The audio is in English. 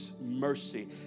mercy